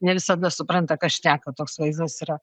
ne visada supranta ką šneka toks vaizdas yra